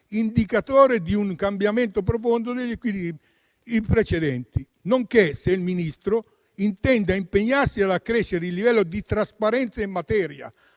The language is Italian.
indicatore di un cambiamento profondo degli equilibri; nonché se non intenda impegnarsi ad accrescere il livello di trasparenza in materia,